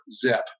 Zip